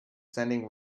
sending